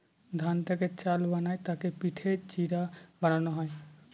ধান থেকে চাল বানায় তাকে পিটে চিড়া বানানো হয়